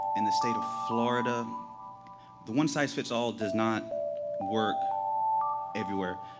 in the state of florida the one size fits all does not work everywhere.